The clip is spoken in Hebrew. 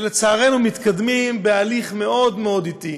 שלצערנו מתקדמים בהליך מאוד מאוד אטי